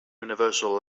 universal